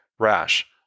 rash